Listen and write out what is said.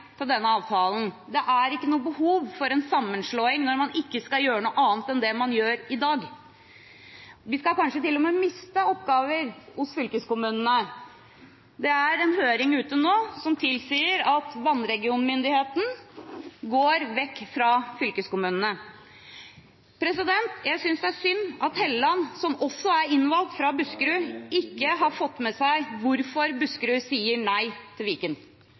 til denne avtalen. Det er ikke noe behov for en sammenslåing når man ikke skal gjøre noe annet enn det man gjør i dag. Fylkeskommunene skal kanskje til og med miste oppgaver.. En sak som er ute på høring nå, tilsier at vannregionmyndigheten blir flyttet vekk fra fylkeskommunene. Jeg synes det er synd at Helleland, som også er innvalgt fra Buskerud, ikke har fått med seg hvorfor Buskerud sier nei til Viken.